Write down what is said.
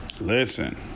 Listen